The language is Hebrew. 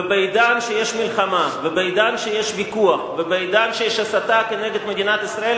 ובעידן שיש מלחמה ובעידן שיש ויכוח ובעידן שיש הסתה נגד מדינת ישראל,